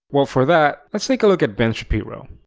well, for that, let's take a look at ben shapiro.